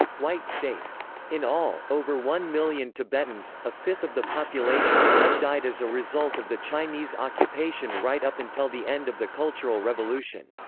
white states in all, over one million tibetans, a fifth of the population, had died as a result of the chinese occupation right up until the end of the cultural revolution.